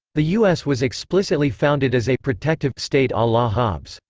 the u s. was explicitly founded as a protective state a la hobbes.